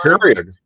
period